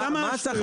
מה השטויות האלה?